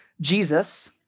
Jesus